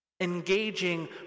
Engaging